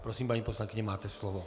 Prosím, paní poslankyně, máte slovo.